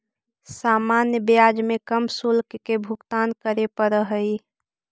सामान्य ब्याज में कम शुल्क के भुगतान करे पड़ऽ हई